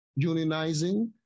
unionizing